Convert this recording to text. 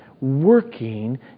working